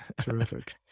Terrific